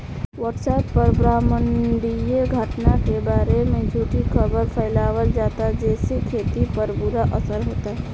WhatsApp पर ब्रह्माण्डीय घटना के बारे में झूठी खबर फैलावल जाता जेसे खेती पर बुरा असर होता